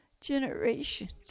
generations